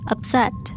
Upset